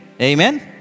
Amen